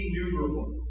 innumerable